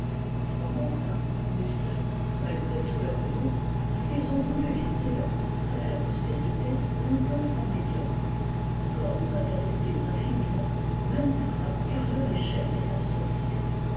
fromentin musset malgré tous leurs dons parce qu'ils ont voulu laisser leur portrait à la postérité l'ont peint fort médiocre encore nous intéressent ils infiniment même par là car leur échec est instructif